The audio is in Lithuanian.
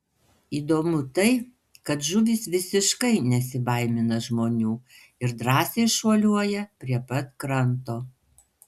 įdomu tai kad žuvys visiškai nesibaimina žmonių ir drąsiai šuoliuoja prie pat kranto